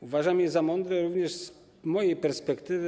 Uważam je za mądre również z mojej perspektywy.